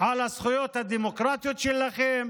על הזכויות הדמוקרטיות שלכם,